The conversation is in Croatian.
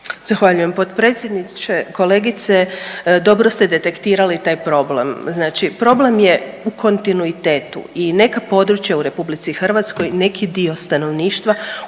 Zahvaljujem potpredsjedniče. Kolegice dobro ste detektirali taj problem. Znači problem je u kontinuitetu i neka područja u RH, neki dio stanovništva